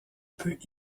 peut